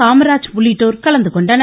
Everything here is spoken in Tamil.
காமராஜ் உள்ளிட்டோர் கலந்துகொண்டனர்